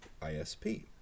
ISP